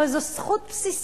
הרי זו זכות בסיסית,